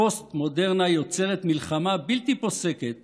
הפוסט-מודרנה יוצרת מלחמה בלתי פוסקת